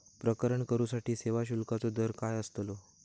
प्रकरण करूसाठी सेवा शुल्काचो दर काय अस्तलो?